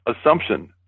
assumption